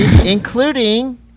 including